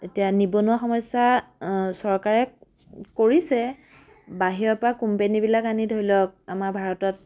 এতিয়া নিবনুৱা সমস্যা চৰকাৰে কৰিছে বাহিৰৰ পৰা কোম্পেনীবিলাক আনি ধৰি লওক আমাৰ ভাৰতত